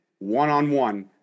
one-on-one